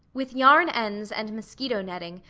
with yarn ends and mosquito netting,